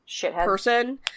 person